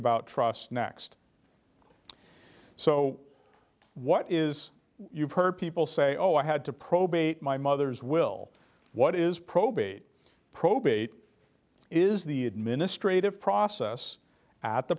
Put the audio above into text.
about trusts next so what is you've heard people say oh i had to probate my mother's will what is probate probate is the administrative process at the